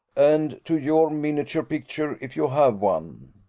and to your miniature picture, if you have one.